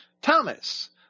Thomas